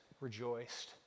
rejoiced